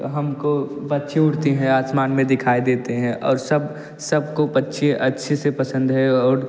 हमको पक्षी उड़ती हैं आसमान में दिखाई देते हैं और सब सबको पक्षी अच्छे से पसंद हैं और